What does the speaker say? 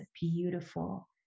beautiful